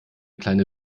kleine